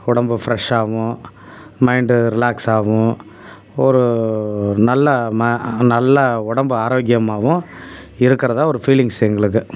உடம்பு ப்ரெஷ் ஆவும் mind relax ஆவும் ஒரு ஒரு நல்ல ம நல்ல உடம்பு ஆரோக்கியமாகவும் இருக்கறதாக ஒரு ஃபீலிங்ஸ் எங்களுக்கு